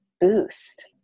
boost